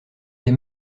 des